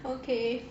okay